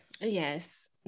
Yes